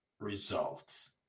results